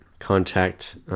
Contact